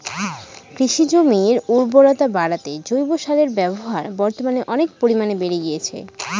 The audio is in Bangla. কৃষিজমির উর্বরতা বাড়াতে জৈব সারের ব্যবহার বর্তমানে অনেক পরিমানে বেড়ে গিয়েছে